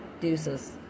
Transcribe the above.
deuces